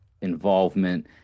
involvement